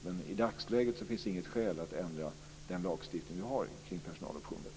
Men i dagsläget finns det inget skäl att ändra den lagstiftning vi har kring personaloptioner.